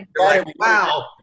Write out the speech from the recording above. wow